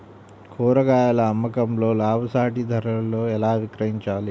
కూరగాయాల అమ్మకంలో లాభసాటి ధరలలో ఎలా విక్రయించాలి?